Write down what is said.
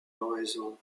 oraison